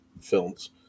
films